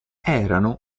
erano